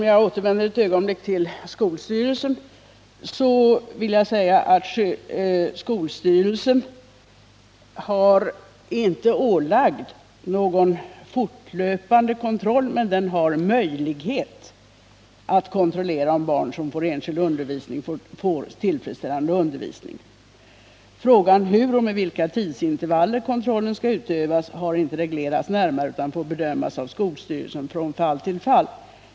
Jag återvänder ett ögonblick till skolstyrelsen och vill då säga att skolstyrelsen inte är ålagd någon fortlöpande kontroll, men den har möjlighet att kontrollera om barn som får enskild undervisning får tillfredsställande sådan. Hur och med vilka tidsintervaller kontrollen skall utföras har inte reglerats närmare utan får bedömas av skolstyrelsen från fall till fall.